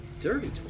Dirty